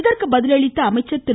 இதற்கு பதிலளித்த அமைச்சர் திரு